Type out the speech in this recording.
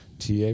Ta